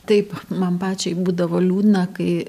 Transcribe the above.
taip man pačiai būdavo liūdna kai